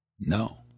No